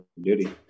duty